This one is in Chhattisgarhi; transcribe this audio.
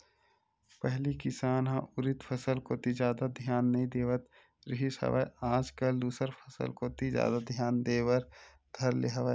पहिली किसान ह उरिद फसल कोती जादा धियान नइ देवत रिहिस हवय आज कल दूसर फसल कोती जादा धियान देय बर धर ले हवय